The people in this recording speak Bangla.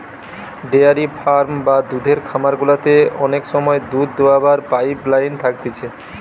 ডেয়ারি ফার্ম বা দুধের খামার গুলাতে অনেক সময় দুধ দোহাবার পাইপ লাইন থাকতিছে